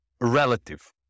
relative